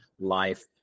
Life